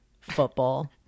football